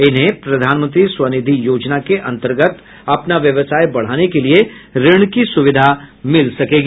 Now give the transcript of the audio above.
इन्हें प्रधानमंत्री स्वनिधि योजना के अंतर्गत अपना व्यवसाय बढ़ाने के लिए ऋण की सुविधा मिल सकेगी